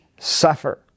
suffer